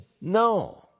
No